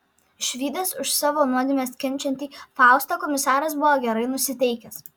išvydęs už savo nuodėmes kenčiantį faustą komisaras buvo gerai nusiteikęs